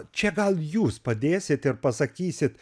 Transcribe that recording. čia gal jūs padėsit ir pasakysit